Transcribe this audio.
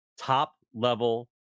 top-level